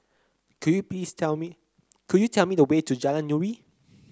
could you piece tell me could you tell me the way to Jalan Nuri